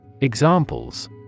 Examples